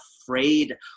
afraid